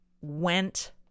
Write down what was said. went